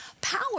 Power